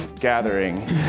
gathering